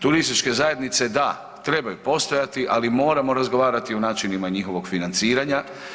Turističke zajednice da trebaju postojati, ali moramo razgovarati o načinima njihovog financiranja.